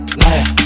liar